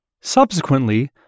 Subsequently